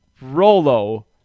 Rolo